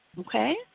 Okay